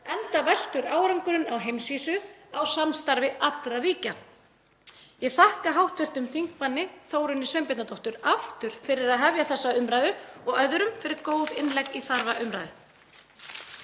enda veltur árangurinn á heimsvísu á samstarfi allra ríkja. Ég þakka hv. þm. Þórunni Sveinbjarnardóttur aftur fyrir að hefja þessa umræðu og öðrum fyrir góð innlegg í þarfa umræðu.